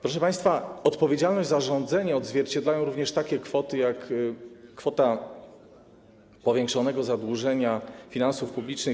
Proszę państwa, odpowiedzialność za rządzenie odzwierciedlają również takie kwoty jak kwota powiększonego zadłużenia finansów publicznych.